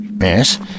Yes